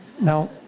now